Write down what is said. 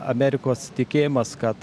amerikos tikėjimas kad